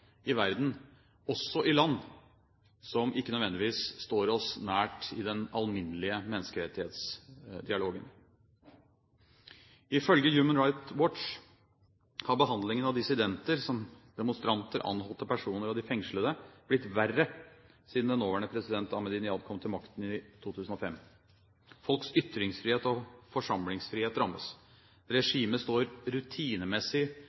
i verden, også i land som ikke nødvendigvis står oss nær i den alminnelige menneskerettighetsdialogen. Ifølge Human Rights Watch har behandlingen av dissidenter, som demonstranter, anholdte personer og de fengslede, blitt verre siden den nåværende president Ahmadinejad kom til makten i 2005. Folks ytringsfrihet og forsamlingsfrihet rammes. Regimet står rutinemessig